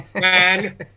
man